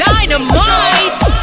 Dynamite